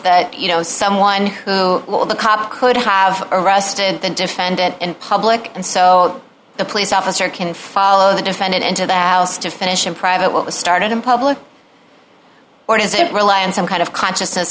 that you know someone who will the cop could have arrested the defendant in public and so the police officer can follow the defendant into the house to finish in private was started in public or is it rely on some kind of consciousness